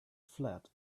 flat